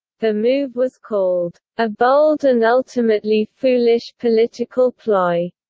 the move was called a bold and ultimately foolish political ploy,